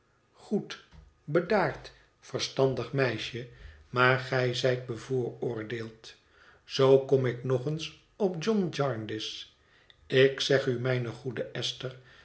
goed bedaard verstandig meisje maar gij zijt bevooroordeeld zoo kom ik nog eens op john jarndyce ik zeg u mijne goede esther